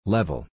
Level